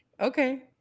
Okay